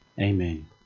Amen